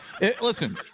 listen